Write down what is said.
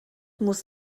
muss